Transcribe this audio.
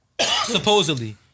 supposedly